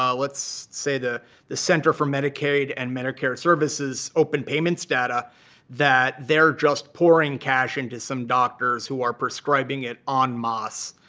um let's say, the the center for medicaid and medicare services open payments data that they're just pouring cash into some doctors who are prescribing it en masse,